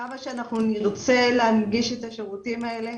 כמה שאנחנו נרצה להנגיש את השירותים האלה,